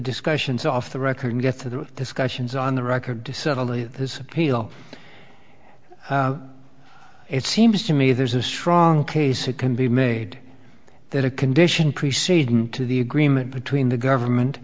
discussions off the record and get to the discussions on the record to suddenly his appeal it seems to me there's a strong case it can be made that a condition preceding to the agreement between the government